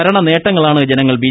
ഭരണ നേട്ടങ്ങളാണ് ജനങ്ങൾ ബി